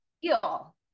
feel